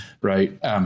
right